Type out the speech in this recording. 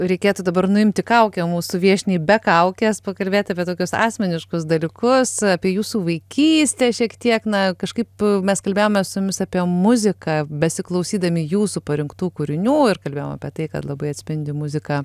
reikėtų dabar nuimti kaukę mūsų viešniai be kaukės pakalbėt apie tokius asmeniškus dalykus apie jūsų vaikystę šiek tiek na kažkaip mes kalbėjome su jumis apie muziką besiklausydami jūsų parinktų kūrinių ir kalbėjom apie tai kad labai atspindi muzika